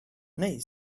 nej